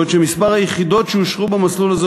בעוד מספר היחידות שאושרו במסלול הזה